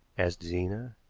asked zena.